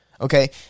Okay